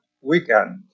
weekend